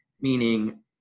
meaning